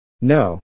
No